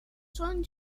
són